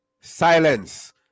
silence